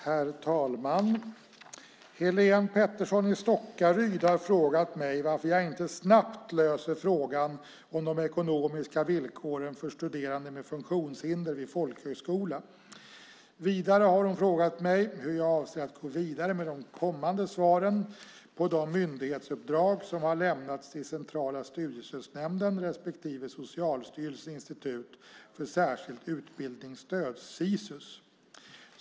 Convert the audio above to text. Herr talman! Helene Petersson i Stockaryd har frågat mig varför jag inte snabbt löser frågan om de ekonomiska villkoren för studerande med funktionshinder vid folkhögskola. Vidare har hon frågat mig hur jag avser att gå vidare med de kommande svaren på de myndighetsuppdrag som har lämnats till Centrala studiestödsnämnden respektive Socialstyrelsens institut för särskilt utbildningsstöd .